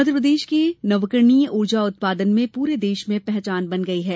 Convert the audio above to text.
मध्यप्रदेश ने नवकरणीय ऊर्जा उत्पादन में पूरे देश में पहचान बनाई है